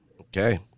okay